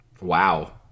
Wow